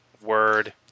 Word